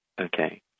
Okay